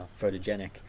photogenic